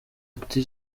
iti